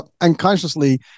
unconsciously